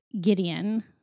gideon